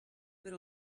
per